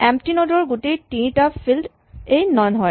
empty node ৰ গোটেই তিনিটা ফিল্ড এই নন হয়